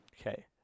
Okay